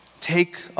Take